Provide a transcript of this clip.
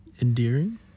Endearing